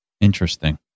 Interesting